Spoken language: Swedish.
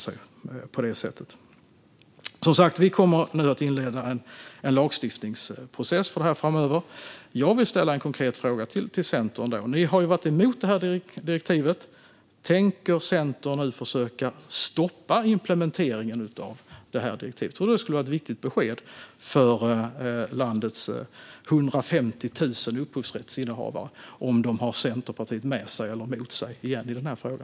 Som sagt kommer vi att inleda en lagstiftningsprocess för detta framöver. Låt mig ställa en konkret fråga till Centern. Ni har varit emot detta direktiv. Tänker Centern försöka stoppa implementeringen av det? Jag tror att det kan vara ett viktigt besked till landets 150 000 upphovsrättsinnehavare om de har Centerpartiet med eller mot sig i denna fråga.